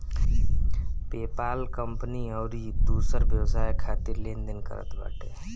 PayPal company अउरी दूसर व्यवसाय खातिर लेन देन करत बाटे